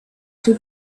too